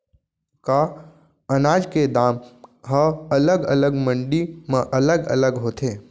का अनाज के दाम हा अलग अलग मंडी म अलग अलग होथे?